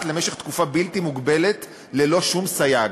למשך תקופה בלתי מוגבלת ללא שום סייג.